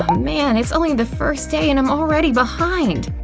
ah man, it's only the first day and i'm already behind!